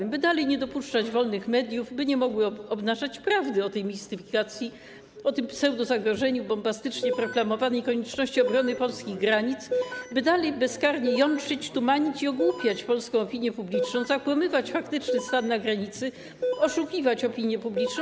Chodzi o to, by dalej nie dopuszczać wolnych mediów, by nie mogły obnażać prawdy o tej mistyfikacji, o tym pseudozagrożeniu bombastycznie proklamowanej konieczności obrony polskich granic, by dalej bezkarnie jątrzyć, tumanić i ogłupiać polską opinię publiczną, zakłamywać faktyczny stan na granicy, oszukiwać opinię publiczną.